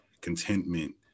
contentment